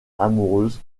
amoureuse